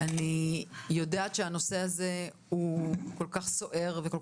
אני יודעת שהנושא הזה כל כך סוער וכל